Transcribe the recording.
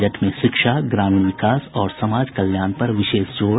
budget में शिक्षा ग्रामीण विकास और समाज कल्याण पर विशेष जोर